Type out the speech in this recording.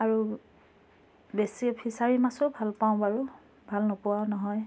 আৰু বেছি ফিচাৰীৰ মাছো ভাল পাওঁ বাৰু ভাল নোপোৱাও নহয়